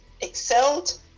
excelled